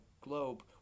globe